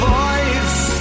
voice